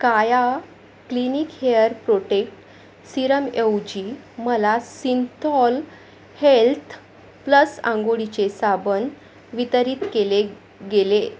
काया clinic hair protect सीरमऐवजी मला सिंथॉल हेल्थ प्लस आंघोळीचे साबण वितरित केले गेले